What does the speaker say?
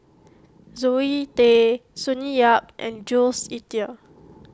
Zoe Tay Sonny Yap and Jules Itier